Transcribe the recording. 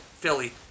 Philly